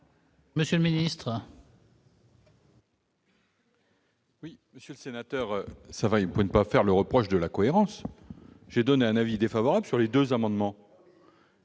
monsieur le ministre,